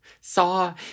Saw